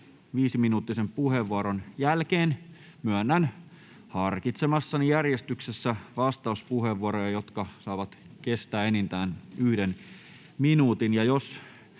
viisiminuuttisen puheenvuoron jälkeen myönnän harkitsemassani järjestyksessä vastauspuheenvuoroja, jotka saavat kestää enintään yhden minuutin.